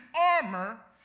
armor